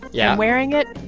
yeah i'm wearing it.